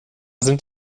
sind